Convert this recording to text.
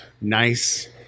nice